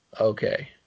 okay